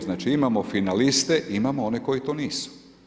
Znači, imamo finaliste, imamo one koji to nisu.